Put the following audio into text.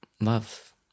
love